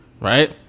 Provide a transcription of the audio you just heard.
right